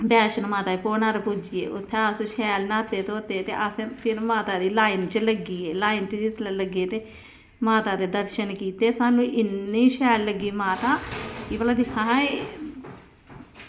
वैश्णो माता घोड़े पर पुज्जी गे उत्थें अस शैल न्हाते धोते ते अस फिर माता दी लाईन च लग्गी गे लाईन च लग्गे ते माता दे दर्शन कीते सानूं इन्नी शैल लग्गी माता की एह्